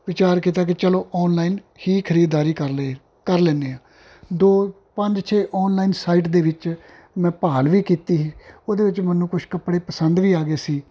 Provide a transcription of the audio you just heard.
ਵਿਚਾਰ ਕੀਤਾ ਕਿ ਚਲੋ ਆਨਲਾਈਨ ਹੀ ਖਰੀਦਦਾਰੀ ਕਰ ਲੇ ਕਰ ਲੈਂਦੇ ਹਾਂ ਦੋ ਪੰਜ ਛੇ ਆਨਲਾਈਨ ਸਾਈਟ ਦੇ ਵਿੱਚ ਮੈਂ ਭਾਲ ਵੀ ਕੀਤੀ ਉਹਦੇ ਵਿੱਚ ਮੈਨੂੰ ਕੁਝ ਕੱਪੜੇ ਪਸੰਦ ਵੀ ਆ ਗਏ ਸੀ